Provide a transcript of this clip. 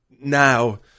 now